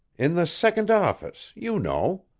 in the second office, you know.